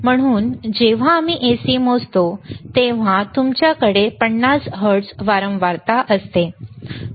म्हणून जेव्हा आम्ही AC मोजतो तेव्हा तुमच्याकडे 50 हर्ट्झ वारंवारता असते